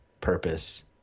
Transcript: purpose